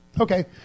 Okay